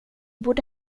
borde